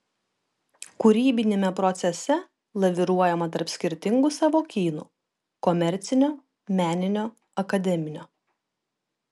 kūrybiniame procese laviruojama tarp skirtingų sąvokynų komercinio meninio akademinio